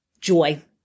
joy